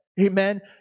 Amen